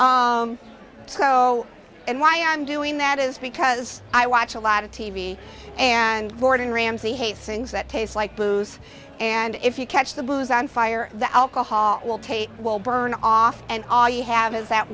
fire so and why i'm doing that is because i watch a lot of t v and gordon ramsay hastens that tastes like booze and if you catch the booze on fire the alcohol will take will burn off and all you have is that